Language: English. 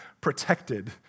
protected